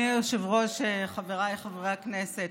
חבריי חברי הכנסת,